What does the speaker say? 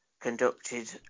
conducted